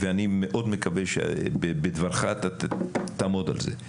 ואני מאוד מקווה שבדבריך אתה תעמוד על זה.